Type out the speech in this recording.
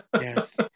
yes